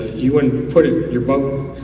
you wouldn't put it, your boat,